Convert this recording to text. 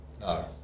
No